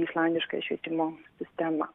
islandiškąją švietimo sistemą